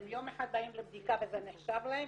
הם יום אחד באים לבדיקה וזה נחשב להם,